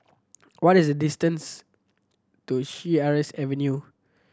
what is the distance to Sheares Avenue